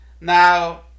now